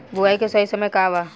बुआई के सही समय का वा?